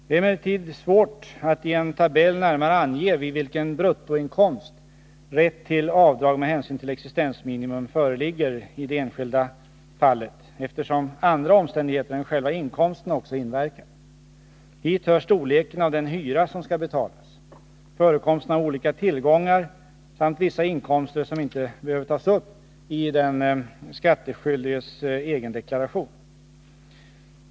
Det är emellertid svårt att i en tabell närmare ange vid vilken bruttoinkomst rätt till avdrag med hänsyn till existensminimum föreligger i det enskilda fallet eftersom andra omständigheter än själva inkomsten också inverkar. Hit hör storleken av den hyra som skall betalas, förekomsten av olika tillgångar samt vissa inkomster som inte behöver tas upp i den skattskyldiges egen deklaration.